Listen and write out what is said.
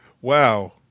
wow